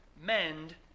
mend